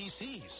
PCs